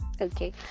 okay